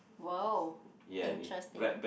!wow! interesting